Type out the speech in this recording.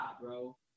bro